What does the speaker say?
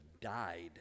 died